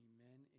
Amen